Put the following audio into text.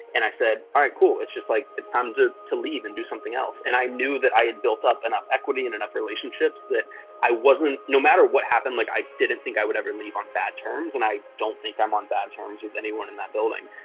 and i said, all right, cool, it's just like, it's time to to leave and do something else. and i knew that i had built up enough equity and enough relationships that i wasn't. no matter what happened like i didn't think i would ever leave on bad terms and i don't think i'm on bad terms with anyone in that building.